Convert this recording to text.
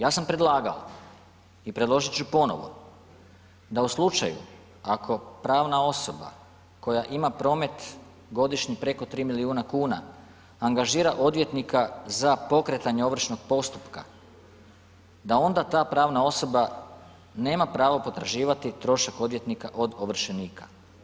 Ja sam predlagao i predložit ću ponovno, da u slučaju ako pravna osoba koja ima promet godišnje preko 3 milijuna kuna, angažira odvjetnika za pokretanje ovršnog postupka, da onda ta pravna osoba nema pravo potraživati trošak odvjetnika od ovršenika.